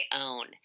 own